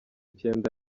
icyenda